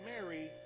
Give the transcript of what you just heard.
Mary